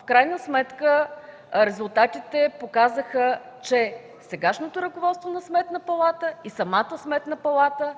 В крайна сметка резултатите показаха, че сегашното ръководство на Сметната палата и самата Сметна палата